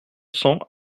cents